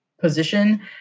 position